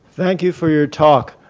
thank you for your talk.